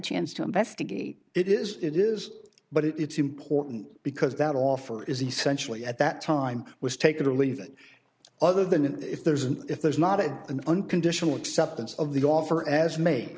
chance to investigate it is it is but it's important because that offer is essentially at that time was take it or leave it other than if there's an if there's not a an unconditional acceptance of the offer as m